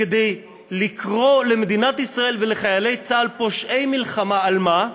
כדי לקרוא למדינת ישראל ולחיילי צה"ל "פושעי מלחמה" על מה?